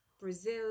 Brazil